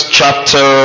chapter